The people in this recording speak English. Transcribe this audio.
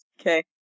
Okay